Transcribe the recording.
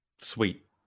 Sweet